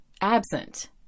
absent